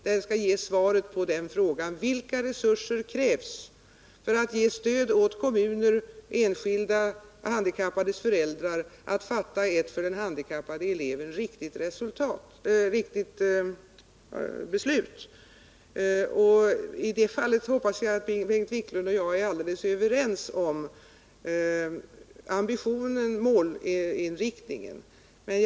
Den skall ge svar på frågan om vilka resurser som krävs för att ge stöd åt kommuner, enskilda och handikappades föräldrar så att de kan fatta ett för den handikappade eleven riktigt beslut. I det fallet hoppas jag att Bengt Wiklund och jag är alldeles överens om ambitionen och målinriktningen.